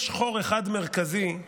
יש חור מרכזי אחד